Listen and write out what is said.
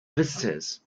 visitors